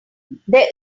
there